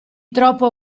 troppo